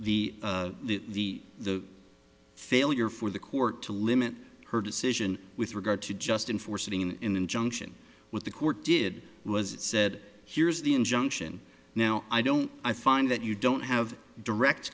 the the the failure for the court to limit her decision with regard to just in four sitting in junction what the court did was it said here's the injunction now i don't i find that you don't have direct